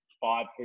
five